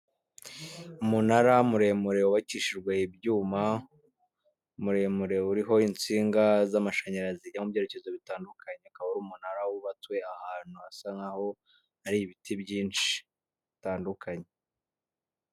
Umunara muremure wu wabakishijwe ibyuma, muremure uriho insinga z'amashanyarazi zijya mu byerekezo bitandukanye. Akaba ari umunara wubatswe ahantu hasa naho hari ibiti byinshi bitandukanye.